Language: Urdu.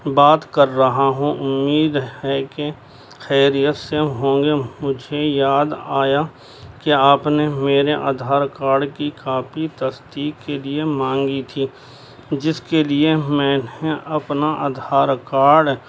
بات کر رہا ہوں امید ہے کہ خیریت سے ہوں گے مجھے یاد آیا کہ آپ نے میرے آدھار کارڈ کی کاپی تصدیق کے لیے مانگی تھی جس کے لیے میں نے اپنا آدھار کارڈ